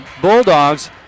Bulldogs